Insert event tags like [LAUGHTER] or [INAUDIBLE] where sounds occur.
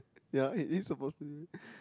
yea it is suppose to be [BREATH]